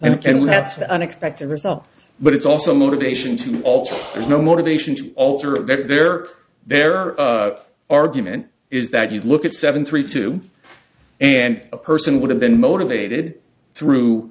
d and that's the unexpected result but it's also motivation to alter there's no motivation to alter a very very there are argument is that you look at seven three two and a person would have been motivated through